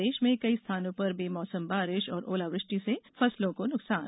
प्रदेश में कई स्थानों पर बेमौसम बारिश और ओलावृष्टि से फसलों को नुकसान